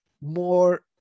more